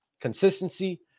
consistency